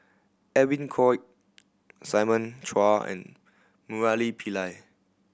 Edwin Koek Simon Chua and Murali Pillai